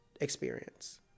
experience